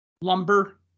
Lumber